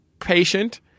patient